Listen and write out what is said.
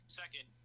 second